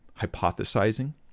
hypothesizing